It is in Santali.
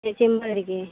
ᱪᱮᱢᱵᱟᱨ ᱨᱮᱜᱮ